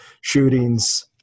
shootings